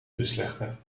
beslechten